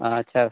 ᱟᱪᱪᱷᱟ